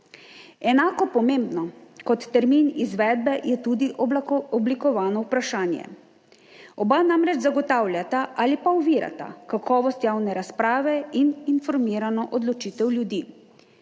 Enako pomembno kot termin izvedbe je tudi oblikovano vprašanje. Oba namreč zagotavljata ali pa ovirata kakovost javne razprave in informirano odločitev ljudi.